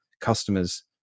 customers